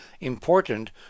important